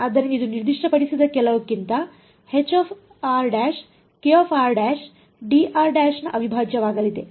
ಆದ್ದರಿಂದ ಇದು ನಿರ್ದಿಷ್ಟಪಡಿಸಿದ ಕೆಲವುಕ್ಕಿಂತ ನ ಅವಿಭಾಜ್ಯವಾಗಲಿದೆ